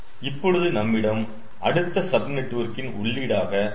இப்பொழுது நம்மிடம் அடுத்த சப் நெட்வொர்க்கின் உள்ளீடாக 2